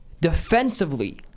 defensively